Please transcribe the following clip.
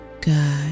God